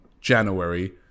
January